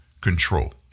control